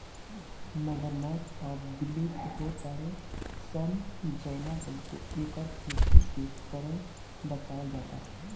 मगरमच्छ अब विलुप्त हो तारे सन जवना चलते एकर खेती के कर बचावल जाता